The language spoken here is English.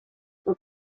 with